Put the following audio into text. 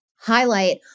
highlight